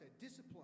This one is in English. discipline